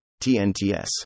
TNTS